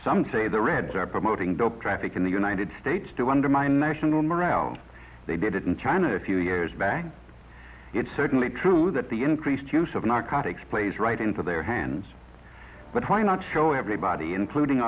some say the reds are promoting the traffic in the united states to undermine national morale they did it in china a few years back it's certainly true that the increased use of narcotics plays right into their hands but why not show everybody including